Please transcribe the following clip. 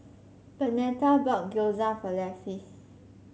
Bernetta bought Gyoza for Lafe